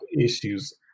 issues